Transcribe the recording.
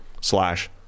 slash